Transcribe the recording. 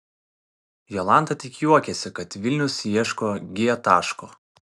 jolanta tik juokiasi kad vilnius ieško g taško